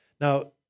Now